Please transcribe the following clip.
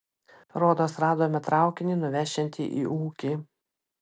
rodos radome traukinį nuvešiantį į ūkį